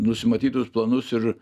nusimatytus planus ir